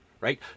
right